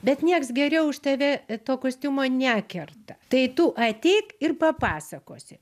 bet nieks geriau už tave to kostiumo nekerta tai tu ateik ir papasakosi